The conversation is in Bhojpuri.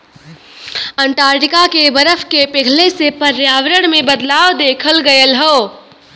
अंटार्टिका के बरफ के पिघले से पर्यावरण में बदलाव देखल गयल हौ